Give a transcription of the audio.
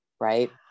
Right